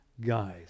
guys